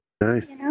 Nice